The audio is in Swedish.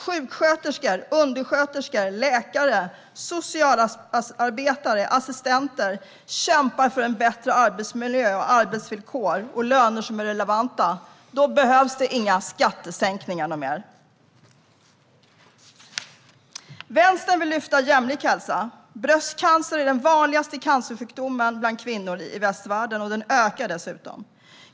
Sjuksköterskor, undersköterskor, läkare, socialarbetare och assistenter kämpar för bättre arbetsmiljö och arbetsvillkor och relevanta löner. Då behövs inga fler skattesänkningar. Vänstern vill lyfta fram jämlik hälsa. Bröstcancer är den vanligaste cancersjukdomen bland kvinnor i västvärlden, och den ökar dessutom.